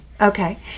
Okay